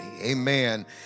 Amen